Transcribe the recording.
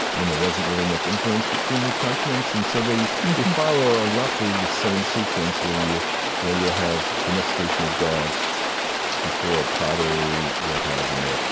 when there wasn't really much influence between the continents. and so they they follow ah roughly the same sequence, where you'll you'll have domestication of dogs before pottery. you'll have you know